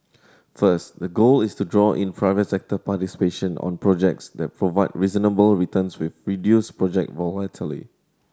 first the goal is to draw in private sector participation on projects that provide reasonable returns with reduced project volatility